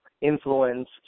influence